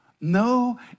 no